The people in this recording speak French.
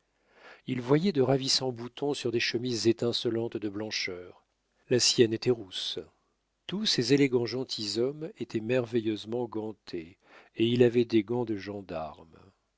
il voyait de ravissants boutons sur des chemises étincelantes de blancheur la sienne était rousse tous ces élégants gentilshommes étaient merveilleusement gantés et il avait des gants de gendarme